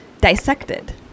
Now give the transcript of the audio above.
dissected